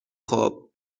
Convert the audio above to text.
خوب